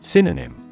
Synonym